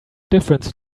difference